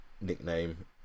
nickname